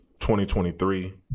2023